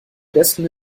besten